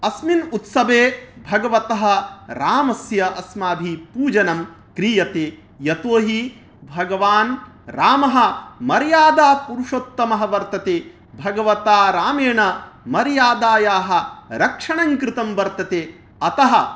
अस्मिन् उत्सवे भगवतः रामस्य अस्माभिः पूजनं क्रियते यतोऽहि भगवान् रामः मर्यादापुरुषोत्तमः वर्तते भगवता रामेण मर्यादायाः रक्षणं कृतं वर्तते अतः